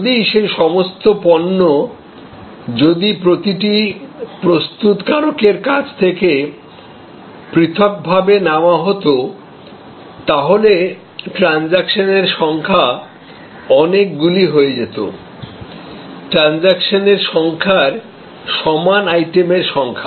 যদি সেই সমস্ত পণ্য যদি প্রতিটি প্রস্তুতকারকের কাছ থেকে পৃথকভাবে নেওয়া হতো তাহলে ট্রানজাকশন এর সংখ্যা অনেকগুলি হয়ে যেত ট্রানজাকশন এর সংখ্যার সমান আইটেমের সংখ্যা